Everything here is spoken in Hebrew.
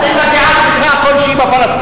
אז אם מגיעה תמיכה לפלסטינים,